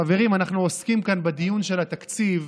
חברים, אנחנו עוסקים כאן בדיון של התקציב,